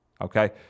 Okay